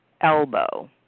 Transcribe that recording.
elbow